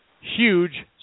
huge